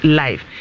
live